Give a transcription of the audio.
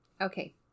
Okay